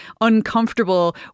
uncomfortable